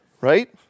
right